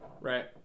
Right